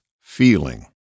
feeling